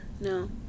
No